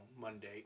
Monday